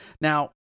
Now